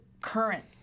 current